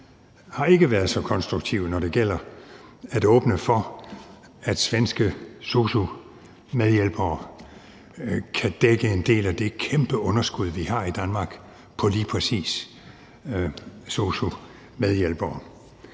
har været så konstruktiv, når det gælder om at åbne for, at svenske sosu-hjælpere kan dække en del af det kæmpe underskud, vi har i Danmark, af lige præcis sosu-hjælpere.